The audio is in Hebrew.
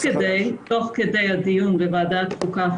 תוך כדי הדיון בוועדת החוקה,